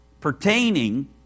pertaining